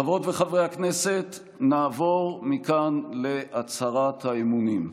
חברות וחברי הכנסת, נעבור מכאן להצהרת האמונים.